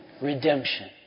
redemption